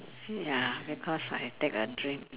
ya because I take a drink